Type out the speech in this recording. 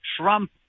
Trump